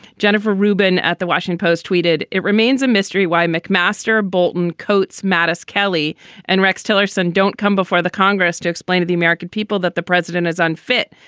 jennifer rubin at the washington post tweeted it remains a mystery why mcmaster bolton quotes mattis kelly and rex tillerson. don't come before the congress to explain to the american people that the president is unfit.